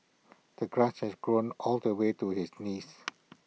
the grass has grown all the way to his knees